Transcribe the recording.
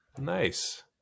Nice